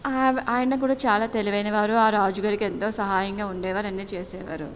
ఆయన కూడా చాలా తెలివైన వారు ఆ రాజు గారికి ఎంతో సహాయంగా ఉండేవారు అన్నీ చేసేవారు